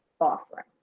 offering